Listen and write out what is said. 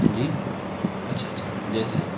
جی اچھا اچھا جیسے